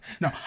No